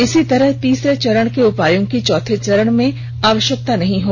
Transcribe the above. इसी प्रकार तीसरे चरण के उपायों की चौथे चरण में आवश्यकता नहीं है